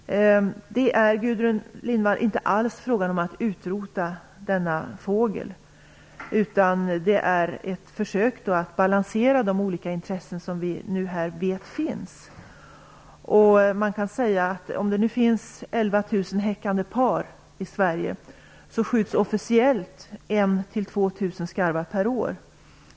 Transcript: Det är, Gudrun Lindvall, inte alls fråga om att utrota denna fågel. Det är ett försök att balansera de olika intressen som vi vet finns. Det finns 11 000 2 000 skarvar per år.